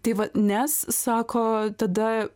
tai vat nes sako tada